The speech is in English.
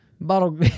bottle